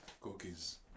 Cookies